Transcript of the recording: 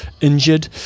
injured